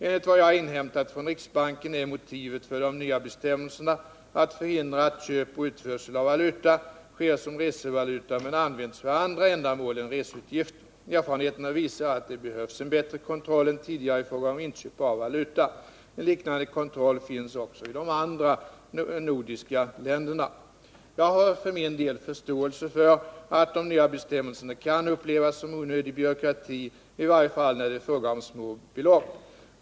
Enligt vad jag har inhämtat från riksbanken är motivet för de nya bestämmelserna att förhindra att valuta köps och utförs som resevaluta men används för andra ändamål än reseutgifter. Erfarenheterna visar att det behövs en bättre kontroll än tidigare i fråga om inköp av valuta. En liknande kontroll finns också i de andra nordiska länderna. Jag har för min del förståelse för att de nya bestämmelserna kan upplevas som onödig byråkrati, i varje fall när det är fråga om små belopp.